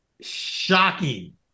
shocking